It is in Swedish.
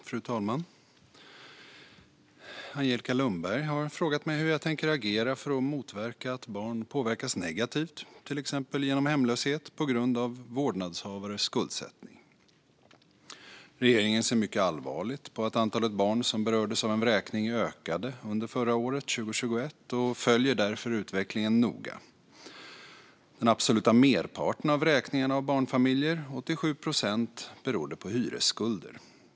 Fru talman! Angelica Lundberg har frågat mig hur jag tänker agera för att motverka att barn påverkas negativt, till exempel genom hemlöshet, på grund av vårdnadshavares skuldsättning. Regeringen ser mycket allvarligt på att antalet barn som berördes av en vräkning ökade under 2021 och följer därför utvecklingen noga. Den absoluta merparten av vräkningarna av barnfamiljer - 87 procent - berodde på hyresskulder.